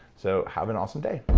so have an awesome day